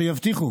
שיבטיחו